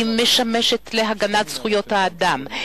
והיא משמשת ללימוד על הגנת זכויות האדם,